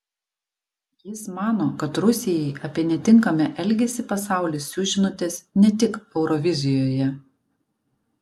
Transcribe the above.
jis mano kad rusijai apie netinkamą elgesį pasaulis siųs žinutes ne tik eurovizijoje